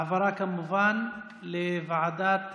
העברה כמובן לוועדת הכספים.